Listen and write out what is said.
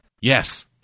Yes